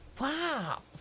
Wow